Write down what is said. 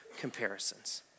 comparisons